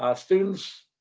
ah students,